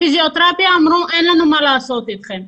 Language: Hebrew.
בפיזיותרפיה אמרו: "אין לנו מה לעשות איתכם".